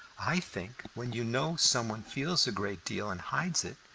i think when you know some one feels a great deal and hides it,